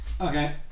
okay